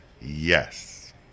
yes